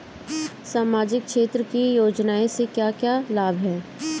सामाजिक क्षेत्र की योजनाएं से क्या क्या लाभ है?